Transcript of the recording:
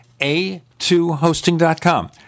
a2hosting.com